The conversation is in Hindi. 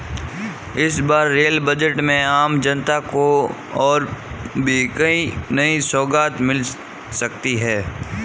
इस बार रेल बजट में आम जनता को और भी कई नई सौगात मिल सकती हैं